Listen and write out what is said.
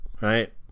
right